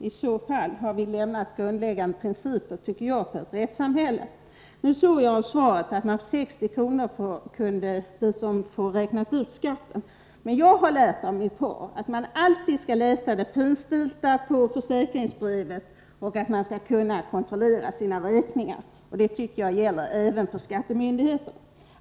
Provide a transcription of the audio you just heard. I så fall har vi, tycker jag, lämnat grundläggande principer för ett rättssamhälle. Jag såg av svaret att man för 60 kr. kan få skatten uträknad. Men jag har lärt mig av min far att man alltid skall läsa det finstilta på försäkringsbrevet och att man alltid skall kunna kontrollera sina räkningar. Även skattemyndigheterna måste kontrolleras.